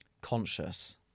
conscious